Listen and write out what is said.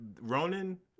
Ronan